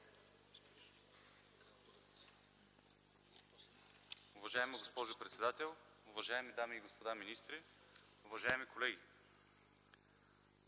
Уважаеми господин председател, уважаеми дами и господа министри, уважаеми колеги!